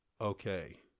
Okay